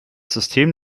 system